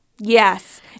yes